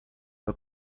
pas